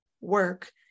work